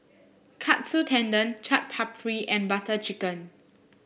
Katsu Tendon Chaat Papri and Butter Chicken